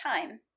time